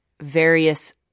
various